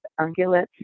ungulates